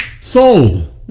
sold